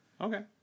Okay